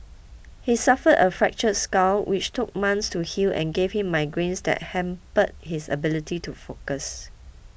he suffered a fractured skull which took months to heal and gave him migraines that hampered his ability to focus